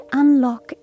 unlock